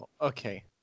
okay